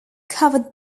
cover